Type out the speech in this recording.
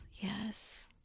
Yes